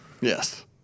Yes